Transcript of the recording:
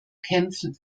kämpfen